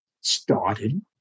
started